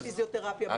בנוסף לפיזיותרפיה.